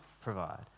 provide